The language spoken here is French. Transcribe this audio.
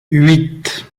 huit